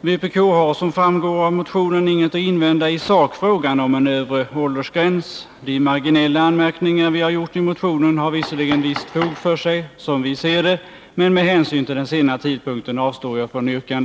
Vpk har som framgår av motionen ingenting att invända i sakfrågan om en övre åldersgräns. De marginella anmärkningar vi har gjort i motionen har visserligen visst fog för sig som vi ser det, men med hänsyn till den sena tidpunkten avstår jag från yrkande.